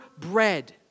bread